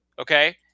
okay